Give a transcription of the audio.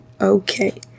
Okay